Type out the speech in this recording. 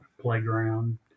playground